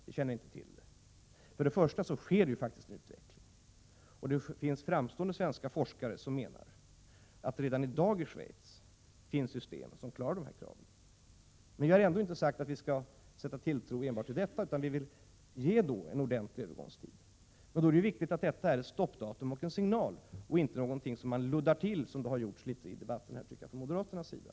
Men det sker faktiskt en utveckling. Framstående svenska forskare menar att det redan i dag i Schweiz finns system som klarar de här kraven. Jag har ändå inte sagt att vi skall sätta tilltro enbart till detta, utan vi vill ge en ordentlig övergångstid. Det är emellertid viktigt att tioårsgränsen fungerar som ett stoppdatum, en signal, och inte är någonting som man luddar till, vilket jag tycker att man har gjort här i debatten från moderaternas sida.